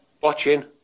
watching